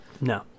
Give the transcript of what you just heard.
no